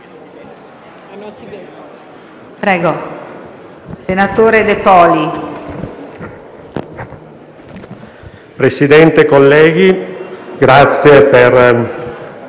Presidente, colleghi, grazie per